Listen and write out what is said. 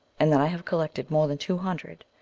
and that i have collected more than two hundred,